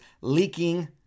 leaking